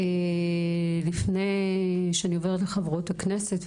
לפני שאני עוברת לחברות הכנסת,